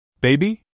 Baby